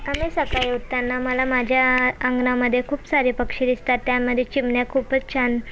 आम्ही सकाळी उठताना मला माझ्या अंगणामध्ये खूप सारे पक्षी दिसतात त्यामध्ये चिमण्या खूपच छान